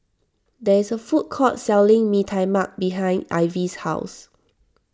there is a food court selling Mee Tai Mak behind Ivie's house